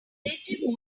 relative